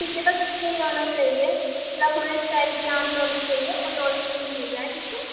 ٹھیک ہے بس اچھا ہی ہونا چاہیے لکھنوئی اسٹائل بریانی ہونی چاہیے کوئی اور سی نہیں مل جائے ٹھیک ہے